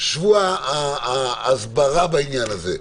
שבוע הסברה בעניין הזה,